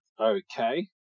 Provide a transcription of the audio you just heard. Okay